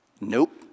nope